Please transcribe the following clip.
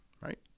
right